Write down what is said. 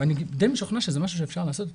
ואני די משוכנע שזה משהו שאפשר לעשות אותו.